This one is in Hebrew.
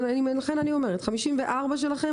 אז לכן אני אומרת ש-54 שלכם,